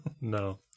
No